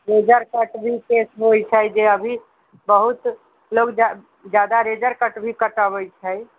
laser cut भी केश होइत छै जे अभी बहुत लोग ज्यादा लेजर कट भी कटबैत छै